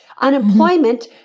Unemployment